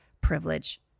privilege